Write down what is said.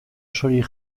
osorik